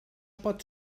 pot